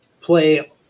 play